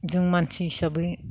जों मानसि हिसाबै